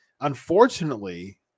unfortunately